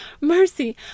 mercy